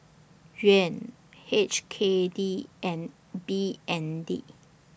Yuan H K D and B N D